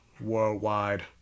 worldwide